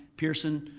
pierson,